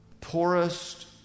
poorest